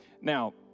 Now